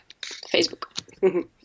Facebook